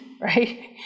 right